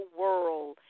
world